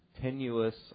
tenuous